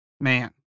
Man